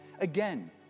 Again